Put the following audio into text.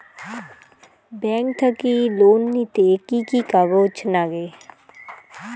Bank থাকি loan নিতে কি কি কাগজ নাগে?